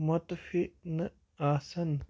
مُتفی نہٕ آسَن